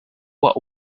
what